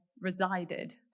resided